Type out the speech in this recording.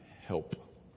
help